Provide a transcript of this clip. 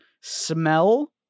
smell